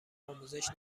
آموزش